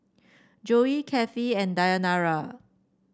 Joey Kathie and Dayanara